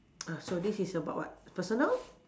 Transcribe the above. ah so this is about what personal